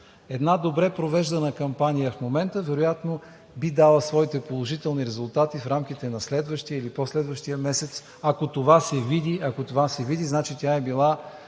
Една добре провеждана кампания в момента вероятно би дала своите положителни резултати в рамките на следващия или по-следващия месец. Ако това се види, значи тя е била